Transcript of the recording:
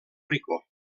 rico